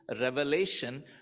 revelation